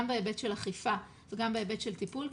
גם בהיבט של אכיפה וגם בהיבט של טיפול,